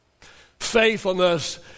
Faithfulness